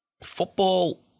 Football